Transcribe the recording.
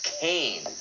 kane